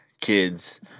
kids